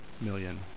million